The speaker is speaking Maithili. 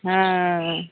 हँ